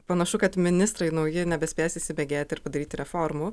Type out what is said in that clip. panašu kad ministrai nauji nebespės įsibėgėti ir padaryti reformų